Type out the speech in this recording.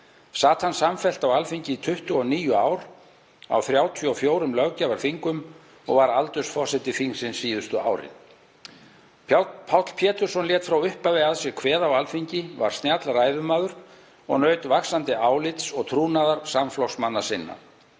Sat hann samfellt á Alþingi í 29 ár, á 34 löggjafarþingum og var aldursforseti þingsins síðustu árin. Páll lét frá upphafi að sér kveða á Alþingi, var snjall ræðumaður og naut vaxandi álits og trúnaðar samflokksmanna sinna.